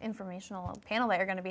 informational panel they are going to be